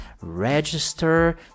register